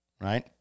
right